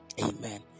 amen